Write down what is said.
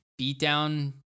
beatdown